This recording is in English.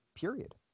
period